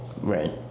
right